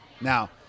Now